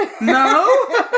No